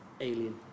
Alien